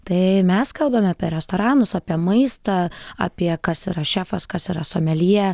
tai mes kalbame apie restoranus apie maistą apie kas yra šefas kas yra someljė